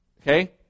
okay